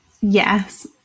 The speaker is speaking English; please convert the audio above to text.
yes